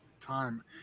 time